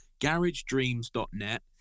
GarageDreams.net